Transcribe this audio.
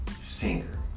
singer